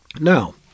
Now